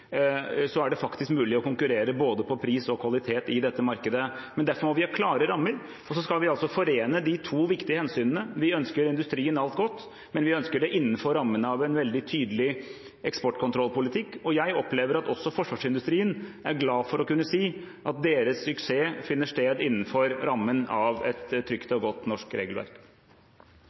faktisk mulig å konkurrere både på pris og på kvalitet i dette markedet. Men da må vi ha klare rammer. Vi skal altså forene disse to viktige hensynene: Vi ønsker industrien alt godt, men vi ønsker det innenfor rammene av en veldig tydelig eksportkontrollpolitikk. Jeg opplever at også forsvarsindustrien er glad for å kunne si at deres suksess finner sted innenfor rammen av et trygt og godt norsk regelverk.